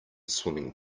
swimming